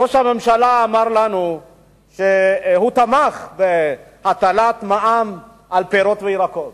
ראש הממשלה אמר לנו שהוא תמך בהטלת מע"מ על פירות וירקות,